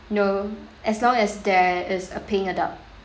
no as long as there is a paying adult